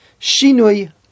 Shinui